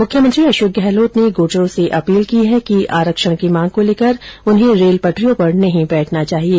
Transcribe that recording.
मुख्यमंत्री अशोक गहलोत ने गूर्जरों से अपील की है कि आरक्षण की मांग को लेकर उन्हें रेल पटरियों पर नहीं बैठना चाहिये